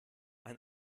ein